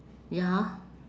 ya